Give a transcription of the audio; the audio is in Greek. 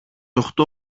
οκτώ